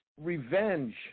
revenge